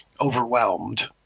overwhelmed